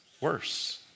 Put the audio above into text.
Worse